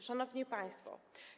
Szanowni Państwo!